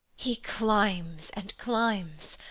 he climbs and climbs.